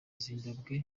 zimbabwe